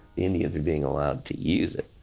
indians are being allowed to use it.